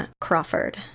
Crawford